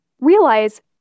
realize